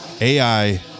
AI